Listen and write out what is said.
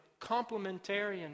complementarian